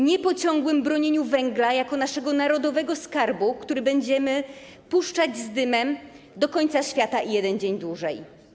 Nie po ciągłym bronieniu węgla jako naszego narodowego skarbu, który będziemy puszczać z dymem do końca świata i jeden dzień dłużej.